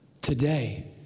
Today